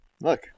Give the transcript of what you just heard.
look